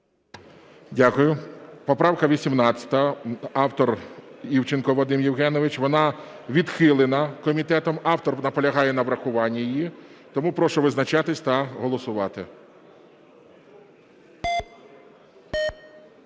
Дякую. Поправка 18, автор Івченко Вадим Євгенович. Вона відхилена комітетом. Автор наполягає на врахуванні її. Тому прошу визначатись та голосувати.